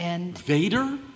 Vader